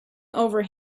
over